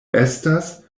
estas